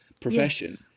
profession